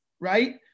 right